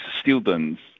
students